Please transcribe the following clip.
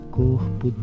corpo